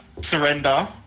surrender